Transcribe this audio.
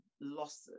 losses